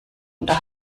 unter